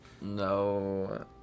No